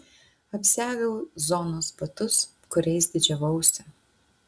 apsiaviau zonos batus kuriais didžiavausi